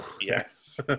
Yes